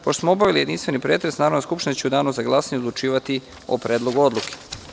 Pošto smo obavili jedinstveni pretres, Narodna skupština će u danu za glasanje odlučivati o predlogu odluke.